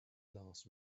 last